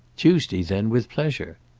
tuesday then with pleasure.